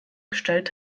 gestellt